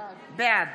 בעד